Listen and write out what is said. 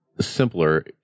simpler